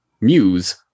Muse